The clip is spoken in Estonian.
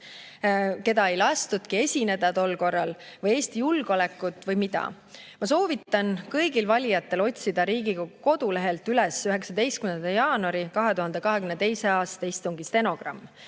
kellel ei lastudki tol korral esineda, või Eesti julgeolekut või mida. Ma soovitan kõigil valijatel otsida Riigikogu kodulehelt üles 19. jaanuari 2022. aasta istungi stenogramm.